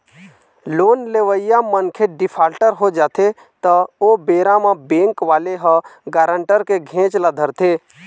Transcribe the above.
loan लेवइया मनखे defaulter हो जाथे त ओ बेरा म बेंक वाले ह गारंटर के घेंच ल धरथे